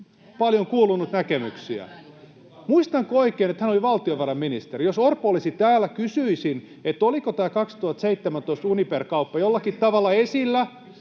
tässä välikysymyksessä!] Muistanko oikein, että hän oli valtiovarainministeri? Jos Orpo olisi täällä, kysyisin, että oliko tämä 2017 Uniper-kauppa jollakin tavalla esillä